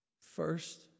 First